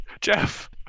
Jeff